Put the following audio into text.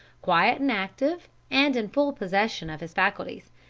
quiet and active, and in full possession of his faculties.